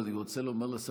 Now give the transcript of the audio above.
אני רוצה לומר לשר,